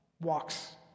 walks